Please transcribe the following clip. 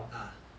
ah